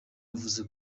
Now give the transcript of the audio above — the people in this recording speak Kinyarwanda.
yavuze